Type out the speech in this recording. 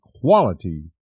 quality